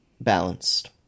Balanced